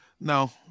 no